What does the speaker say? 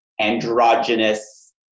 androgynous